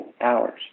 hours